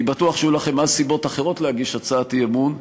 אני בטוח שיהיו לכם אז סיבות אחרות להגיש הצעת אי-אמון,